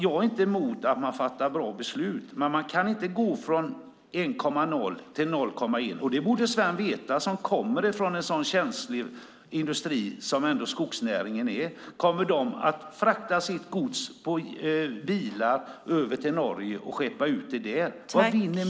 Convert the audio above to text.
Jag är inte emot att man fattar bra beslut, men man kan inte gå från 1,0 till 0,1. Det borde Sven veta som kommer från en sådan känslig industri som skogsnäringen. Om de fraktar sitt gods på bilar till Norge och skeppar ut det där, vad vinner miljön på det?